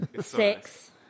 Six